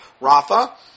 Rafa